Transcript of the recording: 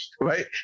right